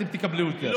אתם תקבלו יותר.